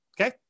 Okay